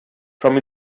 from